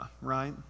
Right